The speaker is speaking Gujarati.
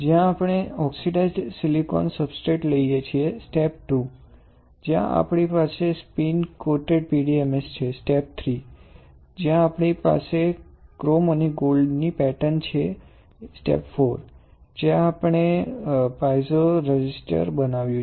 જ્યાં આપણે ઓક્સિડાઇઝ્ડ સિલિકોન સબસ્ટ્રેટ લઈએ છીએ સ્ટેપ II જ્યાં આપણી પાસે સ્પિન કોટેડ PDMS છે સ્ટેપ III જ્યાં આપણી પાસે ક્રોમ અને ગોલ્ડ ની પેટર્ન છે અને સ્ટેપ IV જ્યાં આપણે પાઇઝો રેઝિસ્ટર બનાવ્યું છે